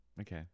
Okay